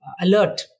alert